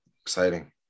exciting